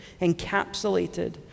encapsulated